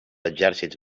exèrcits